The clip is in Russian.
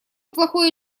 плохой